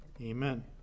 Amen